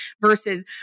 versus